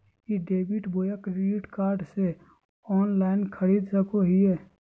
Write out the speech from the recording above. ई debit बोया credit card से online खरीद सको हिए?